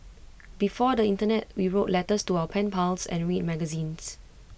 before the Internet we wrote letters to our pen pals and read magazines